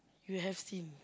you have seen